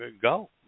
go